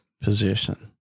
position